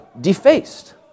defaced